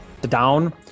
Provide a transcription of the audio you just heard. down